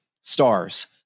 stars